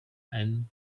and